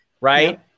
right